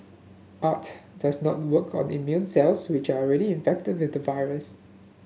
art does not work on immune cells which are already infected with the virus